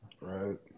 Right